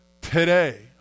today